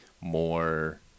more